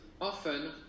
often